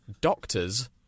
doctors